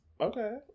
Okay